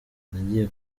nagiye